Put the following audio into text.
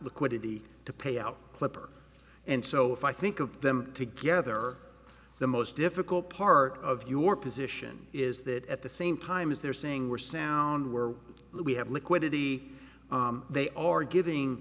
liquidity to pay out clipper and so if i think of them together the most difficult part of your position is that at the same time as they're saying we're sound we're we have liquidity they are giving